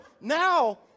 now